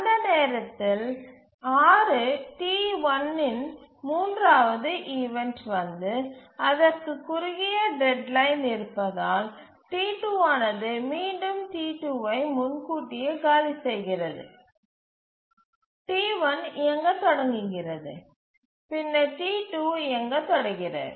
அந்த நேரத்தில் 6 T1 இன் மூன்றாவது ஈவண்ட் வந்து அதற்கு குறுகிய டெட்லைன் இருப்பதால் T2 அது மீண்டும் T2 ஐ முன்கூட்டியே காலி செய்கிறது T1 இயங்கத் தொடங்குகிறது பின்னர் T2 இயங்கத் தொடங்குகிறது